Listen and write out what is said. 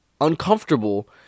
uncomfortable